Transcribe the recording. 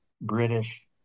British